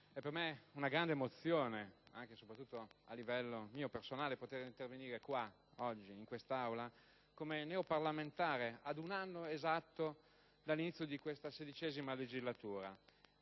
è per me una grande emozione, anche e soprattutto a livello personale, poter intervenire qui oggi, in quest'Aula, come neoparlamentare ad un anno esatto dall'inizio di questa XVI legislatura,